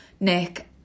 Nick